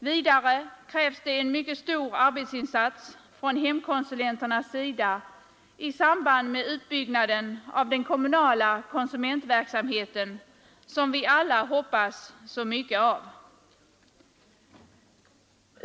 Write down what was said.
Vidare krävs det en mycket stor arbetsinsats Anslag till länsstyfrån hemkonsulenternas sida i samband med utbyggnaden av den relserna m.m. kommunala konsumentverksamheten, som vi alla hoppas så mycket av.